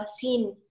seen